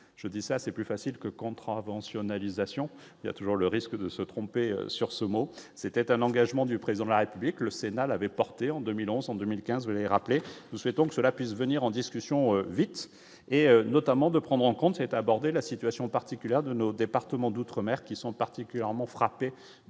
je dis ça, c'est plus facile que contraventions analyse à Sion il y a toujours le risque de se tromper sur ce mot, c'était un engagement du président de la République, le Sénat l'avait porté en 2011 en 2015 les rappeler : nous souhaitons que cela puisse venir en discussion vite et notamment de prendre en compte cette aborder la situation particulière de nos départements d'outre-mer qui sont particulièrement frappés